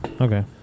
okay